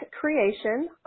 creation